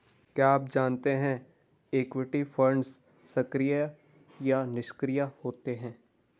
क्या आप जानते है इक्विटी फंड्स सक्रिय या निष्क्रिय होते हैं?